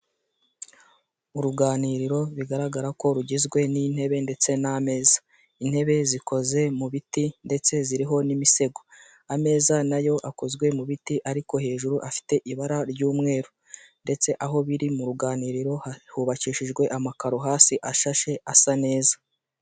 Uruganiriro bigaragara ko rugizwe n'intebe ndetse n'ameza, intebe zikoze mu biti ndetse ziriho n'imisego, ameza na yo akozwe mu biti ariko hejuru afite ibara ry'umweru, ndetse aho biri mu ruganiriro hubakishijwe amakaro hasi ashashe ndetse asa neza.